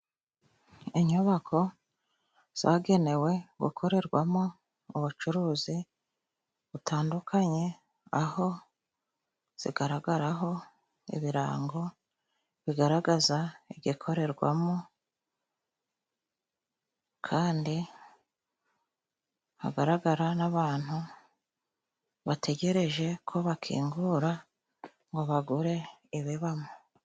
Inyubako zagenewe gukorerwamo mu bucuruzi butandukanye, aho zigaragaraho ibirango bigaragaza igikorerwamo, kandi hagaragara n'abantu bategereje ko bakingura ngo bagure ibibamo.